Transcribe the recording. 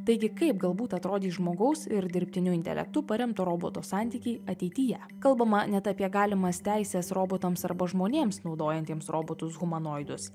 taigi kaip galbūt atrodys žmogaus ir dirbtiniu intelektu paremto roboto santykiai ateityje kalbama net apie galimas teisės robotams arba žmonėms naudojantiems robotus humanoidus